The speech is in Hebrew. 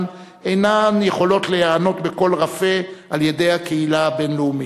אינן יכולות להיענות בקול רפה על-ידי הקהילה הבין-לאומית,